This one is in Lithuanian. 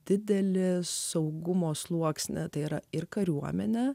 dideli saugumo sluoksniai tai yra ir kariuomenę